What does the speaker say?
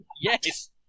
Yes